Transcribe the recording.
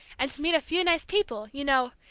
and meet a few nice people, you know,